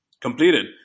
completed